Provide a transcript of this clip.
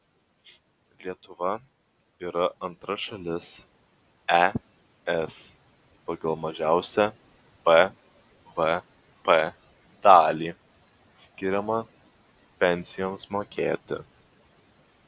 lietuva yra antra šalis es pagal mažiausią bvp dalį skiriamą pensijoms mokėti